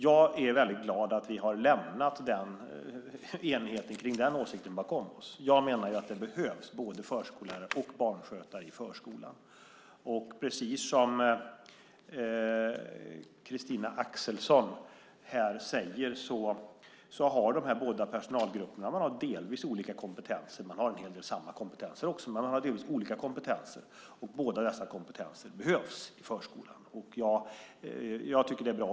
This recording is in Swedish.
Jag är väldigt glad att vi har lämnat enigheten om den åsikten bakom oss. Jag menar att det behövs både förskollärare och barnskötare i förskolan. Precis som Christina Axelsson här säger har de här personalgrupperna olika kompetenser. De har samma kompetenser också, men de har naturligtvis olika kompetenser, och båda dessa kompetenser behövs i förskolan. Jag tycker att det är bra.